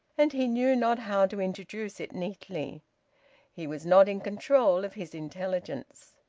and he knew not how to introduce it neatly he was not in control of his intelligence.